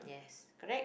yes correct